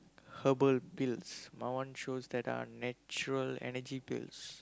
herbal pills my one shows that are natural Energy Pills